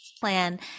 plan